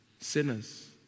Sinners